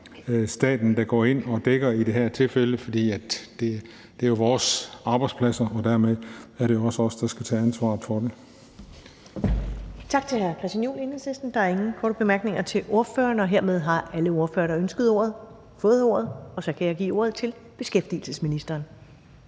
staten, der går ind og dækker i det her tilfælde, for det er jo vores arbejdspladser, og dermed er det også os, der skal tage ansvaret for dem.